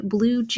Blue